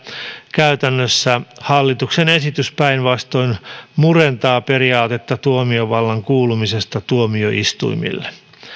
käytännössä hallituksen esitys päinvastoin murentaa periaatetta tuomiovallan kuulumisesta tuomioistuimille